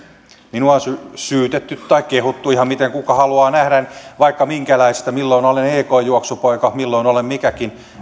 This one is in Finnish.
minua on syytetty tai kehuttu ihan miten haluaa nähdä vaikka minkälaisesta milloin olen ekn juoksupoika milloin olen mikäkin